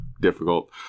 difficult